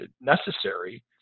necessary